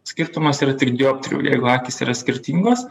skirtumas yra tik dioptrijų jeigu akys yra skirtingos